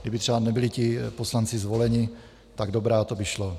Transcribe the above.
kdyby třeba nebyli ti poslanci zvoleni, tak dobrá, to by šlo.